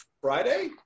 Friday